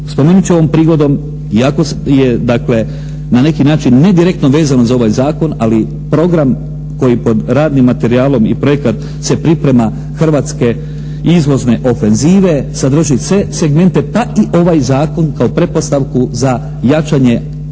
spomenuti ću ovom prigodom iako je dakle na neki način ne direktno vezano za ovaj zakon, ali program koji pod radnim materijalom i projekat se priprema hrvatske izvozne ofenzive sadrži sve segmente pa i ovaj zakon kao pretpostavku za jačanje